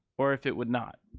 or if it would not.